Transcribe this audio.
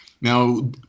Now